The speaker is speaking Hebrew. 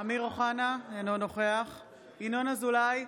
אמיר אוחנה, אינו נוכח ינון אזולאי,